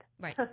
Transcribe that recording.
Right